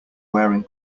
wearing